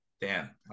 Dan